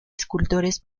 escultores